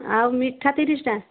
ଆଉ ମିଠା ତିରିଶିଟା